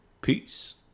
Peace